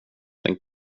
den